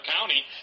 county